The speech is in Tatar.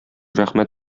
рәхмәт